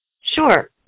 Sure